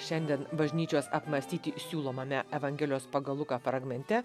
šiandien bažnyčios apmąstyti siūlomame evangelijos pagal luką fragmente